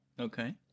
Okay